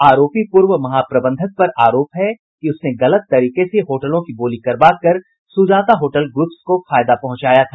आरोपी पूर्व महाप्रबंधक पर आरोप है कि उसने गलत तरीके से होटलों की बोली करवा कर सुजाता होटल्स ग्रूप को फायदा पहुंचाया था